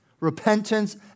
Repentance